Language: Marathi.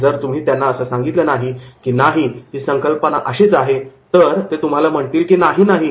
आणि जर तुम्ही त्यांना असं सांगितलं की 'नाही ही संकल्पना अशीच आहे' तर ते तुम्हाला म्हणतील कि 'नाही नाही'